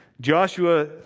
Joshua